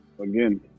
again